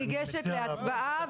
אני ניגשת להצבעה.